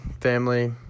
family